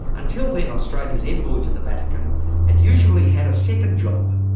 until then australia's envoy to the vatican had usually had a second job,